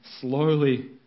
slowly